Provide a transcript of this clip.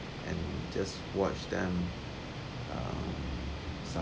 and just watch them um